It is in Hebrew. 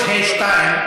53(ה)(2),